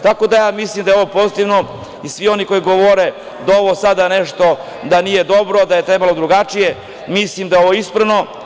Tako da, ja mislim da je ovo pozitivno i svi oni koji govore da ovo nije dobro, da je trebalo drugačije, mislim da je ovo ispravno.